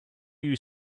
you